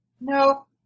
No